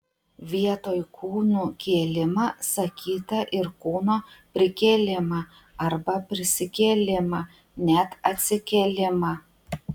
vietoj kūnų kėlimą sakyta ir kūno prikėlimą arba prisikėlimą net atsikėlimą